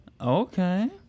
Okay